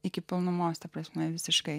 iki pilnumos ta prasme visiškai